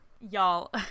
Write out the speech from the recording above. Y'all